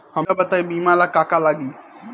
हमका बताई बीमा ला का का लागी?